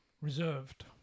reserved